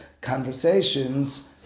conversations